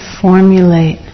formulate